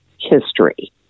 history